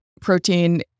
Protein